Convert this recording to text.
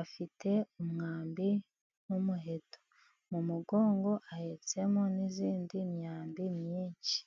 Afite umwambi n'umuheto. Mu mugongo ahetsemo n'izindi myambi myinshi.